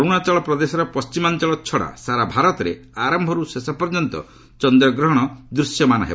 ଅରୁଣାଚଳପ୍ରଦେଶର ପଣ୍ଟିମାଞ୍ଚଳ ଛଡା ସାରା ଭାରତରେ ଆରମ୍ଭରୁ ଶେଷ ପର୍ଯ୍ୟନ୍ତ ଚନ୍ଦ୍ରଗ୍ରହଣ ଦୂଶ୍ୟମାନ ହେବ